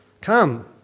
come